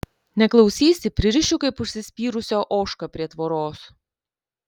neklausysi pririšiu kaip užsispyrusią ožką prie tvoros